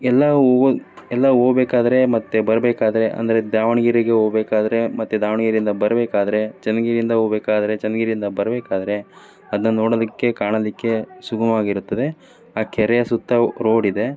ಎಲ್ಲ ಹೋಗ್ ಎಲ್ಲ ಹೋಗ್ಬೇಕಾದ್ರೆ ಮತ್ತು ಬರಬೇಕಾದ್ರೆ ಅಂದರೆ ದಾವಣಗೆರೆಗೆ ಹೋಗ್ಬೇಕಾದ್ರೆ ಮತ್ತು ದಾವಣಗೆರೆಯಿಂದ ಬರಬೇಕಾದ್ರೆ ಚನ್ನಗಿರಿಯಿಂದ ಹೋಗ್ಬೇಕಾದ್ರೆ ಚನ್ನಗಿರಿಯಿಂದ ಬರಬೇಕಾದ್ರೆ ಅದನ್ನ ನೋಡೋದಕ್ಕೆ ಕಾಣೋದಕ್ಕೆ ಸುಗಮವಾಗಿರುತ್ತದೆ ಆ ಕೆರೆಯ ಸುತ್ತ ರೋಡಿದೆ